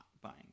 buying